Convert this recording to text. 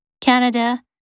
Canada